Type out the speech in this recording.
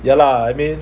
ya lah I mean